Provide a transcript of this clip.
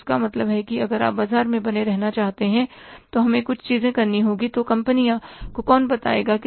तो इसका मतलब है कि अगर आप बाजार में बने रहना चाहते हैं तो हमें कुछ चीजें करनी होंगी तो कंपनी को कौन बताएगा